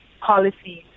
policies